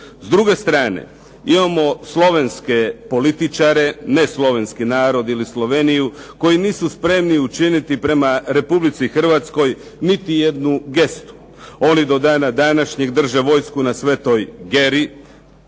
S druge strane, imamo slovenske političare, ne slovenski narod ili Sloveniju koji nisu spremni učiniti prema Republici Hrvatskoj niti jednu gestu. Oni do dana današnjeg drže vojsku na Svetoj Geri,